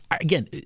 again